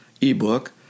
ebook